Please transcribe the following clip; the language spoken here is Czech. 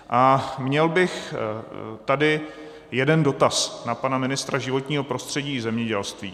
A měl bych tady jeden dotaz na pana ministra životního prostředí i zemědělství.